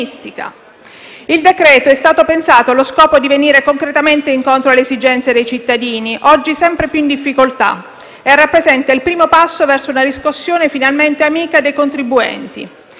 Il decreto-legge è stato pensato allo scopo di venire concretamente incontro alle esigenze dei cittadini, oggi sempre più in difficoltà, e rappresenta il primo passo verso una riscossione finalmente amica dei contribuenti.